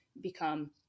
become